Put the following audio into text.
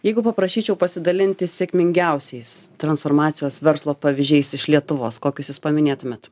jeigu paprašyčiau pasidalinti sėkmingiausiais transformacijos verslo pavyzdžiais iš lietuvos kokius jūs paminėtumėt